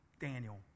Daniel